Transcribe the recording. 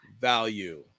value